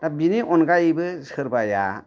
दा बेनि अनगायैबो सोरबाया